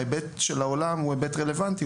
ההיבט של העולם הוא היבט רלוונטי,